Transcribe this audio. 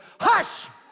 hush